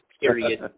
period